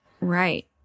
Right